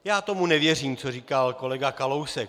Já tomu nevěřím, co říkal kolega Kalousek.